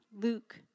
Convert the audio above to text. Luke